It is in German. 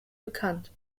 bekannt